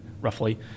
roughly